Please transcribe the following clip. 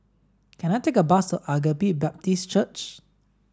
can I take a bus Agape Baptist Church